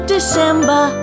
December